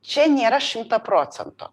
čia nėra šimtą procentų